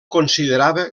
considerava